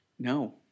No